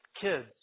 kids